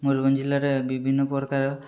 ମୟୁରଭଞ୍ଜ ଜିଲ୍ଲାରେ ବିଭିନ୍ନ ପ୍ରକାର